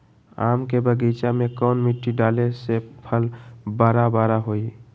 आम के बगीचा में कौन मिट्टी डाले से फल बारा बारा होई?